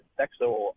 sexual